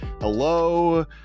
Hello